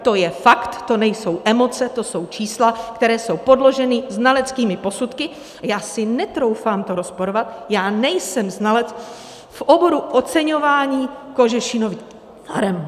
To je fakt, to nejsou emoce, to jsou čísla, která jsou podložena znaleckými posudky, a já si netroufám to rozporovat, já nejsem znalec v oboru oceňování kožešinových farem.